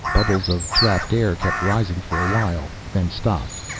bubbles of trapped air kept rising for a while, then stopped.